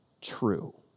true